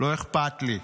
לא אכפת לי.